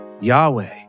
Yahweh